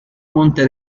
monte